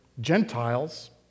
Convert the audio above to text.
Gentiles